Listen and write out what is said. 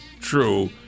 true